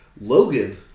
Logan